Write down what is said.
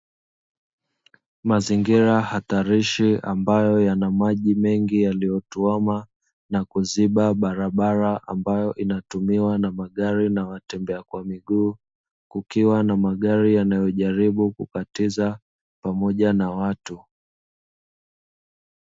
Mazingira hatarishi ambayo yana maji mengi yaliyotuama na kuziba barabara ambayo inatumiwa na magari na watembea kwa miguu, kukiwa na magari yanayojaribu kukatiza pamoja na watu.